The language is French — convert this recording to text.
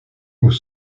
aux